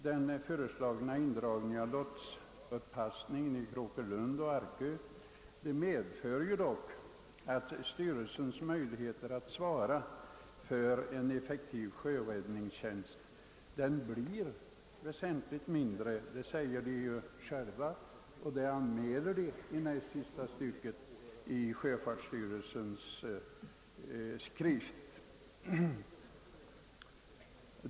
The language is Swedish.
Den föreslagna indragningen av lotsuppassningen i Kråkelund och på Arkö medför dock att styrelsens möjligheter att svara för en effektiv sjöräddningstjänst blir väsentligt mindre. Detta redovisas också i sista stycket av sjöfartsstyrelsens förslag.